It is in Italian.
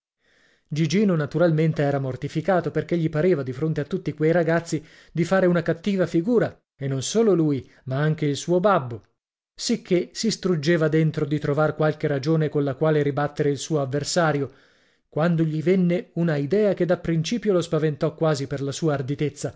gigino naturalmente era mortificato perché gli pareva di fronte a tutti quei ragazzi di farei una cattiva figura e non solo lui ma anche il suo babbo sicché si struggeva dentro di trovar qualche ragione colla quale ribattere il suo avversario quando gli venne una idea che da principio lo spaventò quasi per la sua